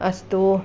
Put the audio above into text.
अस्तु